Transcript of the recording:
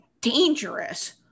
dangerous